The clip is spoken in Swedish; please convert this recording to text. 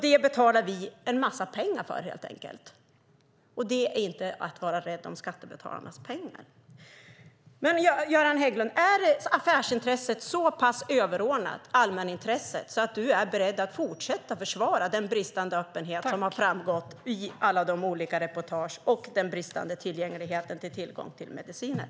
Det betalar vi en massa pengar för helt enkelt, och det är inte att vara rädd om skattebetalarnas pengar. Göran Hägglund! Är affärsintresset så pass överordnat allmänintresset att du är beredd att fortsätta försvara den bristande öppenhet som har framgått i alla olika reportage och den bristande tillgängligheten till mediciner?